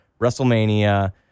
WrestleMania